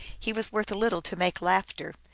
he was worth little to make laugh ter,